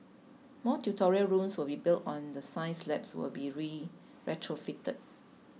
more tutorial rooms will be built and the science labs will be re retrofitted